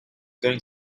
going